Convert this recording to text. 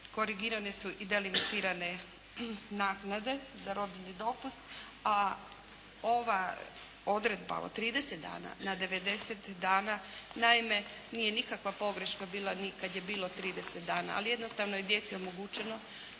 Korigirane su i delimitirane naknade za rodiljni dopust, a ova odredba od 30 dana na 90 dana naime nije nikakva pogreška bila ni kad je bilo 30 dana. Ali je jednostavno djeci omogućeno